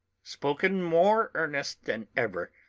spoken more earnest than ever,